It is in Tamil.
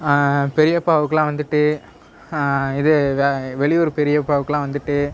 பெரியப்பாவுக்கலாம் வந்துட்டு இது வ வெளியூர் பெரியப்பாவுக்கலாம் வந்துட்டு